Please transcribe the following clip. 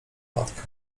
matkę